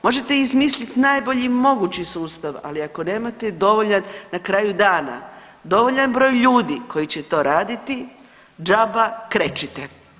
Možete izmisliti najbolji mogući sustav ali ako nemate dovoljan na kraju dana, dovoljan broj ljudi koji će to raditi đaba krečite.